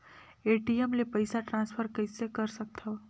ATM ले पईसा transfer कइसे कर सकथव?